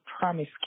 promise